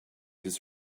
his